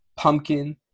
pumpkin